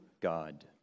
God